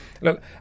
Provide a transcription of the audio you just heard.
Look